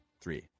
Three